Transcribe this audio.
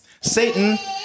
Satan